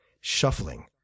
shuffling